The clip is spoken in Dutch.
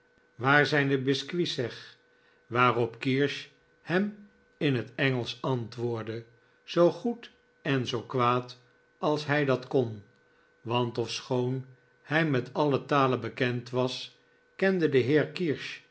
waar zijn de biscuits zeg waarop kirsch hem in het engelsch antwoordde zoo goed en zoo kwaad als hij dat kon want ofschoon hij met alle talen bekend was kende de